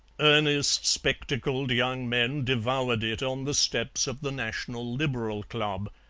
earnest, spectacled young men devoured it on the steps of the national liberal club.